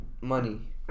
Money